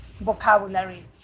vocabulary